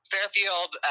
Fairfield